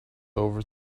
over